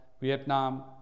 Vietnam